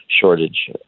shortage